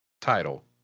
title